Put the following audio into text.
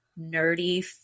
nerdy